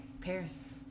Paris